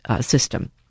system